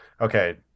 okay